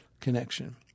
connection